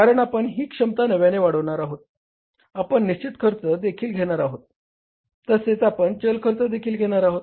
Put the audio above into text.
कारण आपण ही क्षमता नव्याने वाढवणार आहोत आपण निश्चित खर्च देखील घेणार आहोत तसेच आपण चल खर्च देखील घेणार आहोत